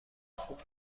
خوب